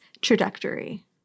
trajectory